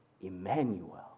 Emmanuel